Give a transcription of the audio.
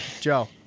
Joe